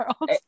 world